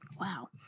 Wow